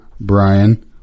Brian